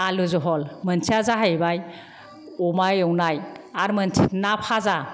आलु जहल मोनसेया जाहैबाय अमा एवनाय आरो मोनसे ना भाजा